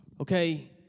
Okay